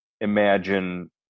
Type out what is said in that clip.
imagine